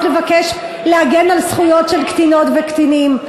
לבקש להגן על זכויות של קטינות וקטינים?